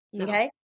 okay